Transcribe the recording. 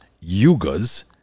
yugas